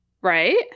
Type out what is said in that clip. Right